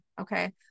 Okay